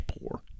poor